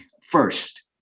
first